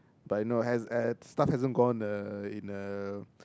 but you know has stuff hasn't gone a in a